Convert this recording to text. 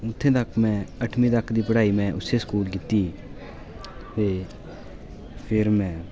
उत्थें तक्क में अठमीं दी पढ़ाई में उस्सै स्कूल कीती ते फिर में